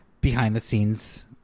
behind-the-scenes